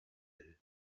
үһү